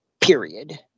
period